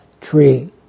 tree